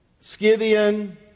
Scythian